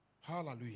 Hallelujah